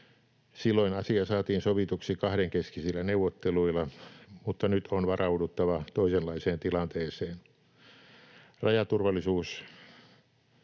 Silloin asia saatiin sovituksi kahdenkeskisillä neuvotteluilla, mutta nyt on varauduttava toisenlaiseen tilanteeseen. Rajaturvallisuus